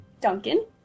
Duncan